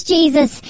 Jesus